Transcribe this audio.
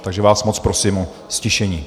Takže vás moc prosím o ztišení.